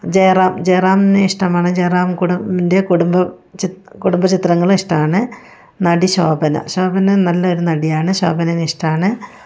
ജയറാം ജയറാംനെ ഇഷ്ടമാണ് ജയറാം കുടുംബൻ്റെ കുടുംബ കുടുംബ ചിത്രങ്ങളും ഇഷ്ടമാണ് നടി ശോഭന ശോഭന നല്ലൊരു നടിയാണ് ശോഭനേനെ ഇഷ്ടമാണ്